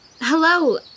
Hello